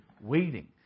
waiting